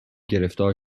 گرفتار